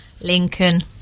lincoln